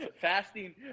fasting